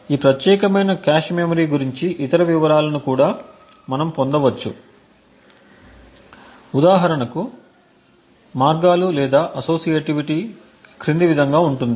ఈ ప్రత్యేకమైన cache memory గురించి ఇతర వివరాలను కూడా మనం పొందవచ్చు ఉదాహరణకు మార్గాలు లేదా అసోసియేటివిటీ క్రింది విధంగా ఉంటుంది